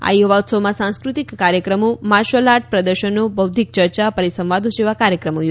આ યુવા ઉત્સવમાં સાંસ્કૃતિક કાર્યક્રમો માર્શલ આર્ટ પ્રદર્શનો બૌધ્ધિક ચર્ચા પરિસંવાદો જેવા કાર્યક્રમો યોજાશે